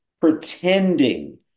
pretending